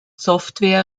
software